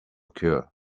cure